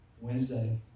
Wednesday